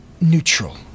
neutral